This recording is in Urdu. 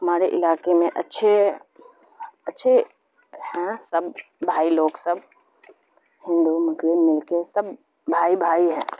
ہمارے علاقے میں اچھے اچھے ہیں سب بھائی لوگ سب ہندو مسلم مل کے سب بھائی بھائی ہیں